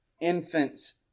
infant's